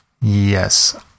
Yes